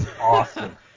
Awesome